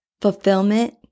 fulfillment